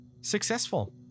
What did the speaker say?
successful